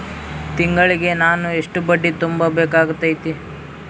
ತಿಂಗಳಿಗೆ ನಾನು ಎಷ್ಟ ಬಡ್ಡಿ ತುಂಬಾ ಬೇಕಾಗತೈತಿ?